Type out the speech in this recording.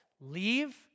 leave